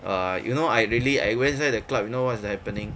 err you know I really I went inside the club you know what's happening